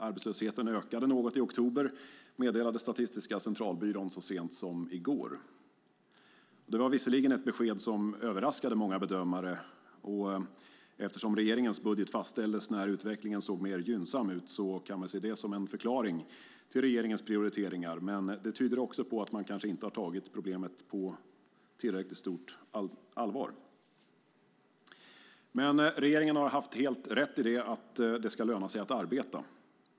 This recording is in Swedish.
Arbetslösheten ökade något i oktober, meddelade Statistiska centralbyrån så sent som i går. Det var ett besked som överraskade många bedömare. Eftersom regeringens budget fastställdes när utvecklingen såg mer gynnsam ut kan man se det som en förklaring till regeringens prioriteringar, men det tyder också på att man kanske inte har tagit problemet på tillräckligt stort allvar. Regeringen har dock haft helt rätt i att det ska löna sig att arbeta.